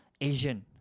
Asian